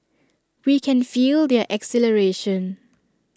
we can feel their exhilaration